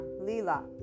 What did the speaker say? Lila